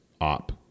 op